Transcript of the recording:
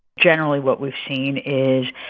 generally, what we've seen is,